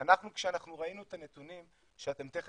כשאנחנו ראינו את הנתונים שתראו